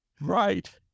Right